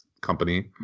company